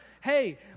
hey